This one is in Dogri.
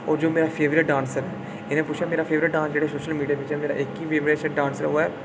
होर जो मेरा फेवरिट डांसर इ'नें पुच्छेआ मेरा फेवरिट डांसर जेह्ड़ा सोशल मीडिया बिच मेरा इक गै फेवरिट डांसर ऐ जेह्ड़ा ओह् ऐ